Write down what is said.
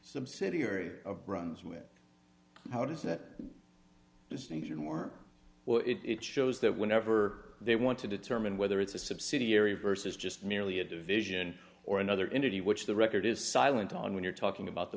subsidiary of brunswick how does that distinction more it shows that whenever they want to determine whether it's a subsidiary versus just merely a division or another entity which the record is silent on when you're talking about the